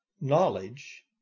knowledge